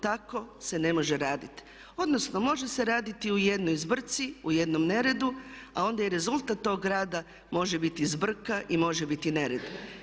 Tako se ne može raditi, odnosno može se raditi u jednoj zbrci, u jednom neredu a onda i rezultat tog rada može biti zbrka i može biti nered.